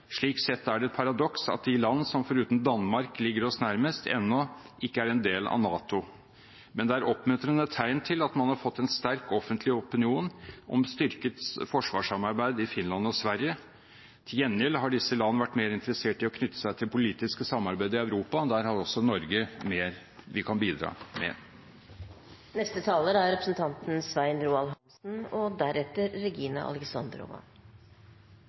Slik sett er det et paradoks at de land – foruten Danmark – som ligger oss nærmest, ennå ikke er en del av NATO. Men det er oppmuntrende tegn til at man har fått en sterk offentlig opinion om styrket forsvarssamarbeid i Finland og Sverige. Til gjengjeld har disse land vært mer interessert i å knytte seg til politisk samarbeid i Europa. Der har også Norge mer å bidra med. Avhengigheten mellom land trer nå tydeligere fram, sa representanten